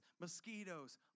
mosquitoes